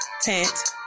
Tent